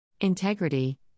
Integrity